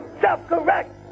self-correct